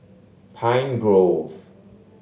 Pine Grove